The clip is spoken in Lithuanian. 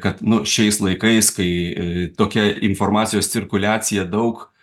kad nu šiais laikais kai tokia informacijos cirkuliacija daug